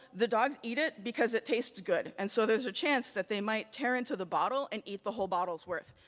the dogs eat it because it tastes good and so there's a chance that they might tear into the bottle and eat the whole bottle's worth.